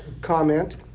comment